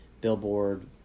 Billboard